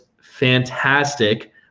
fantastic